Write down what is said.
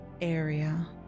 area